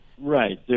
Right